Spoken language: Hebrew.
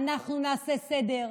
אנחנו נעשה סדר,